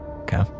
Okay